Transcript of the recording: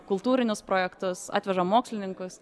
kultūrinius projektus atveža mokslininkus